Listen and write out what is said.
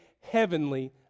heavenly